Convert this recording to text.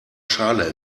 schale